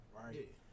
right